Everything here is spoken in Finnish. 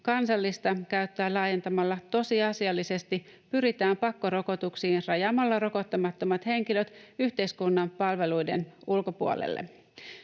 kansallista käyttöä laajentamalla tosiasiallisesti pyritään pakkorokotuksiin rajaamalla rokottamattomat henkilöt yhteiskunnan palveluiden ulkopuolelle.